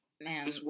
Man